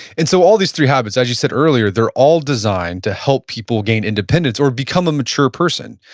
and so all these three habits, as you said earlier, they're all designed to help people gain independence or become a mature person.